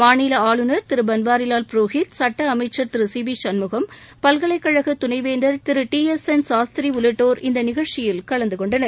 மாநில ஆளுநர் திரு பன்வாரிலால் புரோஹித் சுட்ட அமைச்சர் திரு சி வி சண்முகம் பல்கலைக்கழக துணைவேந்தர் திரு ட்டி எஸ் என் சாஸ்திரி உள்ளிட்டோர் இந்த நிகழ்ச்சியில் கலந்து கொண்டனர்